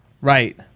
Right